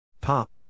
Pop